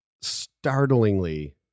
startlingly